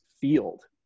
field